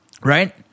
Right